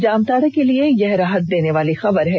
जामताड़ा के लिए यह राहत देने वाली खबर है